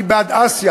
אני בעד אסיה,